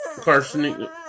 Carson